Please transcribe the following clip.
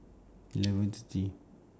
eleven thirty